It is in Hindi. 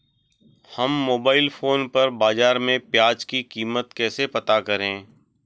हम मोबाइल फोन पर बाज़ार में प्याज़ की कीमत कैसे पता करें?